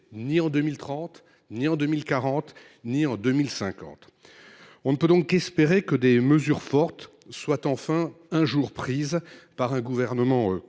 ni en 2030, ni en 2040, ni en 2050. On ne peut donc qu’espérer que des mesures fortes soient enfin prises, un jour, par un gouvernement